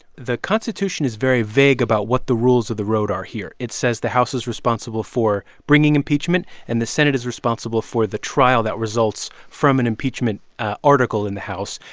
the constitution is very vague about what the rules of the road are here. it says the house is responsible for bringing impeachment, and the senate is responsible for the trial that results from an impeachment article in the house.